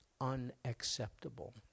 unacceptable